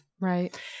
Right